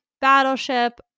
Battleship